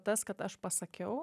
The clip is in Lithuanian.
tas kad aš pasakiau